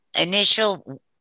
initial